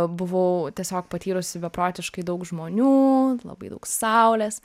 buvau tiesiog patyrusi beprotiškai daug žmonių labai daug saulės